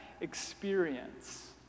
experience